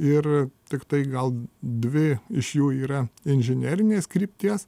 ir tiktai gal dvi iš jų yra inžinerinės krypties